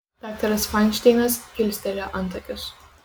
daktaras fainšteinas kilstelėjo antakius